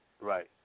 Right